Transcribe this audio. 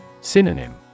Synonym